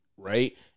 Right